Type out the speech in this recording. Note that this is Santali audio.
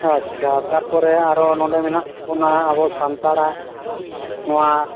ᱟᱪᱪᱷᱟ ᱛᱟᱨᱯᱚᱨᱮ ᱟᱨᱚ ᱱᱚᱰᱮ ᱢᱮᱱᱟᱜ ᱵᱚᱱᱟ ᱟᱵᱚ ᱥᱟᱱᱛᱟᱲᱟᱜ ᱱᱚᱣᱟ